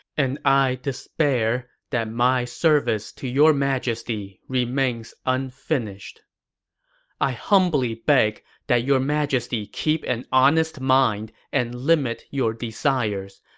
and i despair that my service to your majesty remains unfinished i humbly beg that your majesty keep an honest mind and limit your desires,